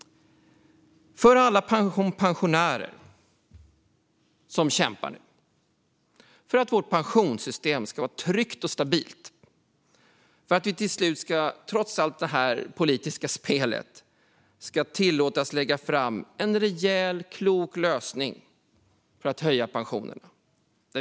För alla pensionärer som kämpar och för att vårt pensionssystem ska vara tryggt och stabilt hoppas jag att vi, trots allt detta politiska spel, till slut ska tillåtas att lägga fram en rejäl, klok lösning för att höja pensionerna.